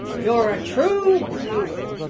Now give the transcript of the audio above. you're a true blue.